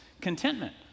contentment